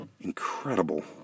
incredible